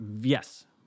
Yes